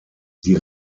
die